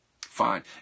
fine